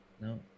no